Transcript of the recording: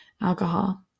alcohol